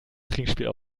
trinkspiel